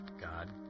God